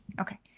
okay